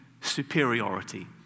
superiority